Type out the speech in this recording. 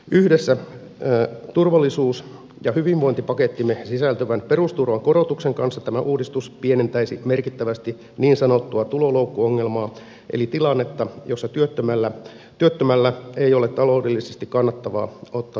yhdessä turvallisuus ja hyvinvointipakettiimme sisältyvän perusturvan korotuksen kanssa tämä uudistus pienentäisi merkittävästi niin sanottua tuloloukkuongelmaa eli tilannetta jossa työttömällä ei ole taloudellisesti kannattavaa ottaa työtä vastaan